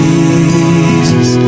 Jesus